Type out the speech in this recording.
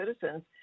citizens